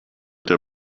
der